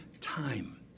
time